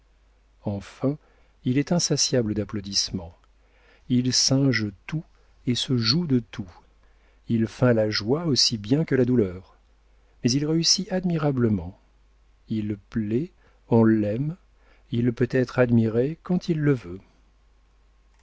enfin il est insatiable d'applaudissements il singe tout et se joue de tout il feint la joie aussi bien que la douleur mais il réussit admirablement il plaît on l'aime il peut être admiré quand il le veut